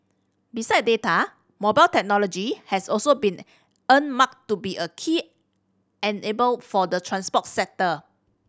besides data mobile technology has also been earmarked to be a key enabler for the transport sector